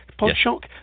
Podshock